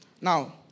Now